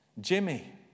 Jimmy